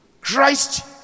Christ